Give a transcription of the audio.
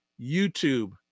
YouTube